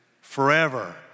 forever